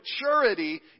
maturity